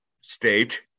state